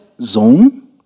zone